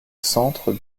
centre